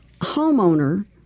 homeowner